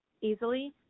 easily